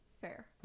Fair